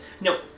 Nope